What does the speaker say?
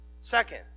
Second